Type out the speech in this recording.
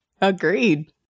Agreed